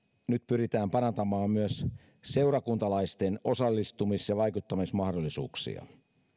nyt pyritään parantamaan myös seurakuntalaisten osallistumis ja vaikuttamismahdollisuuksia